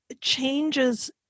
changes